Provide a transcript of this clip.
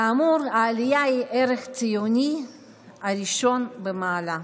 כאמור, העלייה היא ערך ציוני ראשון במעלה,